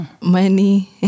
Money